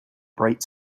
bright